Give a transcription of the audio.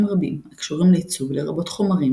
רבים הקשורים לעיצוב לרבות חומרים,